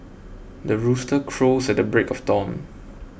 the rooster crows at the break of dawn